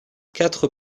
quatre